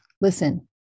Listen